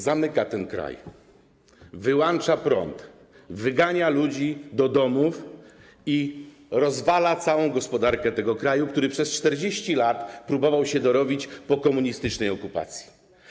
Zamyka kraj, wyłącza prąd, wygania ludzi do domów i rozwala całą gospodarkę tego kraju, który przez 40 lat próbował się dorobić po komunistycznej okupacji.